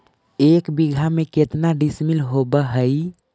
एक बीघा में केतना डिसिमिल होव हइ?